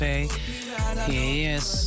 Yes